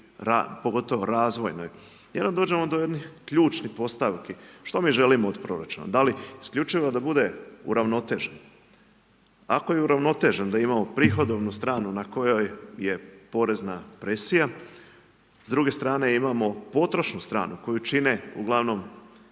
pogotovo razvojne. Onda dođemo do jednih ključnih postavki, da li isključivo da bude uravnotežen. Ako je uravnotežen, da imamo prihodovnu stranu, na kojoj je porezna presija, s druge strane imamo potrošnu stranu, koju čine ugl.